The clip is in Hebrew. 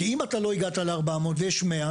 כי אם אתה לא הגעת ל-400 ויש 100,